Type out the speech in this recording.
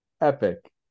Epic